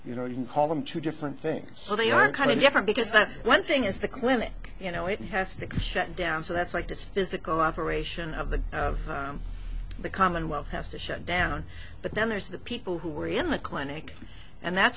you know you can call them two different things but they are kind of different because that one thing is the clinic you know it has to shut down so that's like this physical operation of the the commonwealth has to shut down but then there's the people who were in the clinic and that's